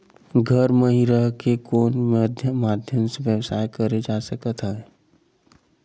घर म हि रह कर कोन माध्यम से व्यवसाय करे जा सकत हे?